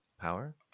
power